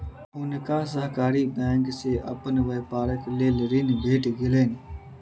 हुनका सहकारी बैंक से अपन व्यापारक लेल ऋण भेट गेलैन